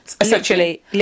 Essentially